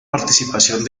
participación